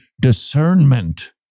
discernment